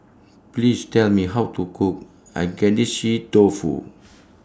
Please Tell Me How to Cook Agedashi Dofu